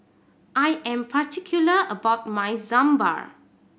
I am particular about my Sambar